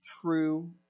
true